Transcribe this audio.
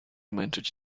męczyć